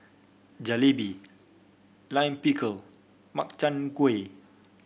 Jalebi Lime Pickle Makchang Gui